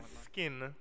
skin